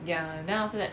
ya then after that